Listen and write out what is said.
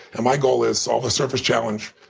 and my goal is solve the surface challenge,